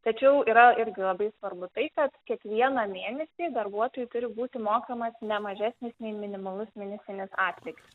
tačiau yra irgi labai svarbu tai kad kiekvieną mėnesį darbuotojui turi būti mokamas ne mažesnis nei minimalus mėnesinis atlygis